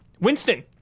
Winston